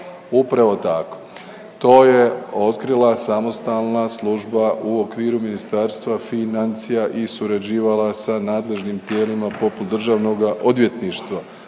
Upravo tako, to je otkrila samostalna služba u okviru Ministarstva financija i surađivala sa nadležnim tijelima, poput DORH-a i drugo, novac